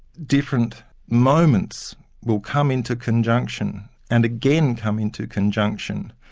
different moments will come into conjunction and again come into conjunction,